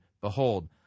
Behold